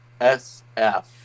SF